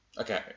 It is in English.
Okay